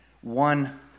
one